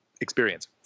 experience